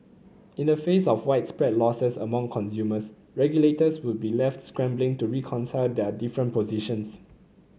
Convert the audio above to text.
in the face of widespread losses among consumers regulators would be left scrambling to reconcile their different positions